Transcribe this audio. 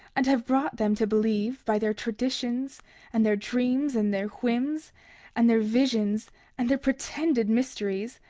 and have brought them to believe, by their traditions and their dreams and their whims and their visions and their pretended mysteries,